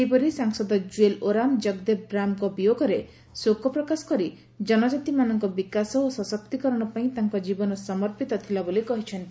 ସେହିପରି ସାଂସଦ ଜୁଏଲ ଓରାମ ଜଗଦେବ ରାଓଙ୍କ ବିୟୋଗରେ ଶୋକ ପ୍ରକାଶ କରି ଜନକାତିମାନଙ୍କ ବିକାଶ ଓ ସଶକ୍ତିକରଣ ପାଇଁ ତାଙ୍କ ଜୀବନ ସମର୍ପିତ ଥିଲା ବୋଲି କହିଛନ୍ତି